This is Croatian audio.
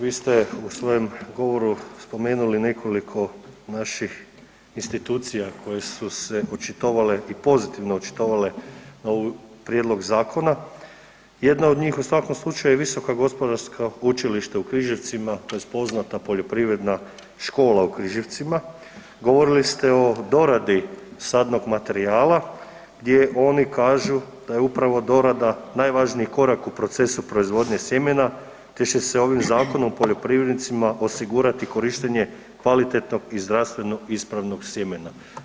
Vi ste u svom govoru spomenuli nekoliko naših institucija koje su se očitovale i pozitivno očitovale na prijedlog zakona, jedna od njih je u svakom slučaju Visoka gospodarska učilišta u Križevcima tj. poznata Poljoprivredna škola u Križevcima, govorili ste o doradi sadnog materijala gdje oni kažu da je upravo dorada najvažniji korak u procesu proizvodnje sjemena te će se ovim zakonom poljoprivrednicima osigurati korištenje kvalitetnog i zdravstveno ispravnog sjemena.